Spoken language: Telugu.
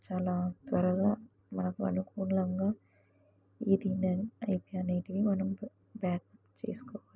చాలా త్వరగా మనకు అనుకూలంగా ఇది లెన్ ఐపీ మనం బ్యాకప్ చేసుకోవచ్చు